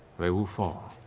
they will fall.